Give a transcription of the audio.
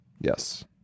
Yes